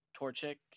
Torchic